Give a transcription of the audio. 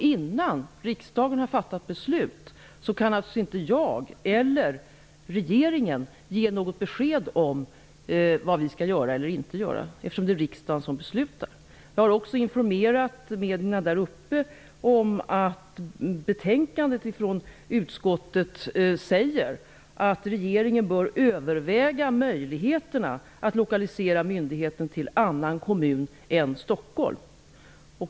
Innan riksdagen har fattat beslut kan naturligtvis varken jag eller regeringen ge något besked om vad vi skall göra eller inte göra, eftersom det är riksdagen som beslutar. Jag har också informerat medierna där uppe att man i betänkandet från utskottet säger att regeringen bör överväga möjligheterna att lokalisera myndigheten till annan kommun än Stockholm.